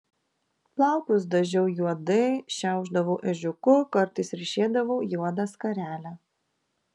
plaukus dažiau juodai šiaušdavau ežiuku kartais ryšėdavau juodą skarelę